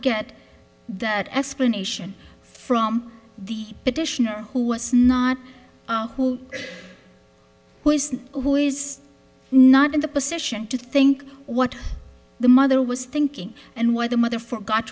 get that explanation from the petitioner who was not who was who is not in the position to think what the mother was thinking and why the mother forgot